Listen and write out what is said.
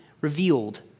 revealed